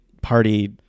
party